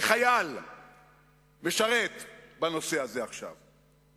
מכתב מחייל משרת, בנושא הזה, עכשיו.